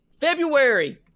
February